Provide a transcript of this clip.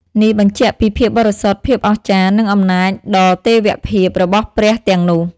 នេះបញ្ជាក់ពី ភាពបរិសុទ្ធ ភាពអស្ចារ្យ និងអំណាចដ៏ទេវភាព របស់ព្រះទាំងនោះ។